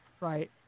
right